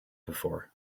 before